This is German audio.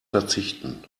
verzichten